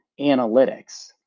analytics